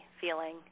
feeling